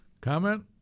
Comment